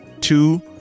Two